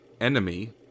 enemy